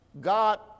God